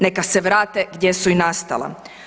Neka se vrate gdje su i nastala.